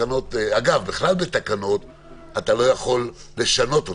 אגב, בכלל אתה לא יכול לשנות תקנות,